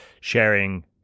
sharing